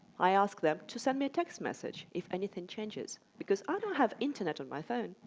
i ask them to send me a text message if anything changes. because i don't have internet on my phone.